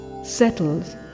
settles